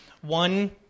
One